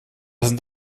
sind